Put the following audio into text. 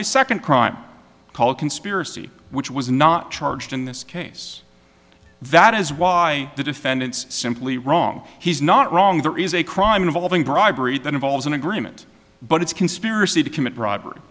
a second crime called conspiracy which was not charged in this case that is why the defendant's simply wrong he's not wrong there is a crime involving bribery that involves an agreement but it's conspiracy to commit robber